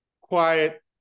quiet